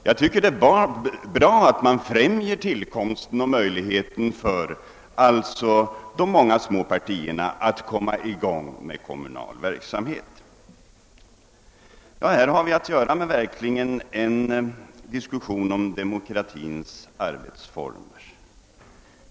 Jag tycker det är bra att man främjar möjligheten för de många små partierna att komma i gång med kommunal verksamhet.» Här har vi verkligen att göra med en diskussion om demokratins arbetsformer.